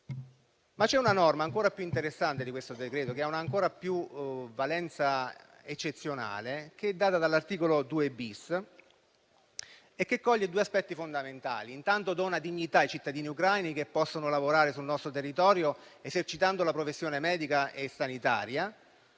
Vi è una norma ancora più interessante in questo decreto, che ha valenza ancora più eccezionale, che è quella dell'articolo 2-*bis*. Essa coglie due aspetti fondamentali: intanto, dona dignità ai cittadini ucraini, che possono lavorare sul nostro territorio esercitando la professione medica e sanitaria;